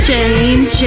James